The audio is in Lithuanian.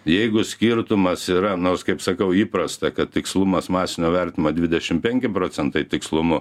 jeigu skirtumas yra nors kaip sakau įprasta kad tikslumas masinio vertinimo dvidešim penki procentai tikslumu